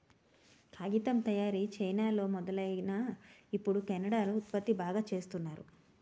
కాగితం తయారీ చైనాలో మొదలైనా ఇప్పుడు కెనడా లో ఉత్పత్తి బాగా చేస్తున్నారు